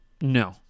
No